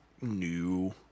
new